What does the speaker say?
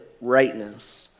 rightness